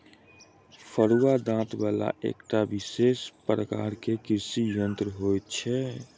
फरूआ दाँत बला एकटा विशेष प्रकारक कृषि यंत्र होइत छै